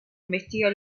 investiga